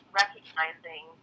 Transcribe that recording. recognizing